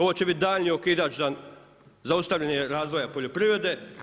Ovo će biti daljnji okidač za zaustavljanje razvoja poljoprivrede.